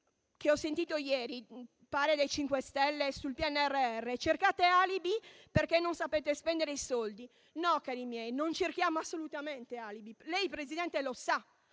che ho sentito ieri, se non erro dai 5 Stelle, sul PNRR, secondo cui cerchiamo alibi perché non sappiamo spendere i soldi. No, cari miei, non cerchiamo assolutamente alibi. Lei, Presidente, lo sa,